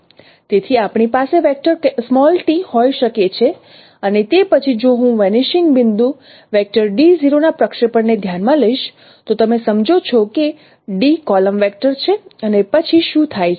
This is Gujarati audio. તેથી આપણી પાસે વેક્ટર t હોઈ શકે છે અને તે પછી જો હું વેનીશિંગ બિંદુ ના પ્રક્ષેપણને ધ્યાનમાં લઈશ તો તમે સમજો છો કે d કોલમ વેક્ટર છે અને પછી શું થાય છે